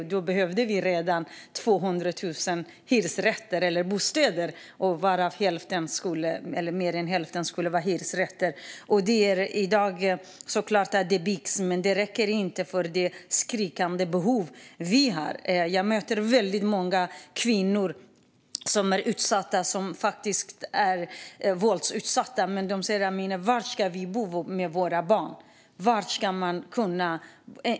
Jag kommer ihåg att vi redan då behövde 200 000 bostäder, varav mer än hälften skulle vara hyresrätter. Det är klart att det byggs i dag, men det räcker inte för att täcka det skriande behov vi har. Jag möter väldigt många kvinnor som är utsatta, som faktiskt är våldsutsatta. De frågar mig: "Var ska vi bo med våra barn, Amineh?"